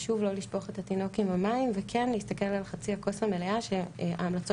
חשוב לא לשפוך את התינוק עם המים וכן להסתכל על חצי הכוס המלאה שההמלצות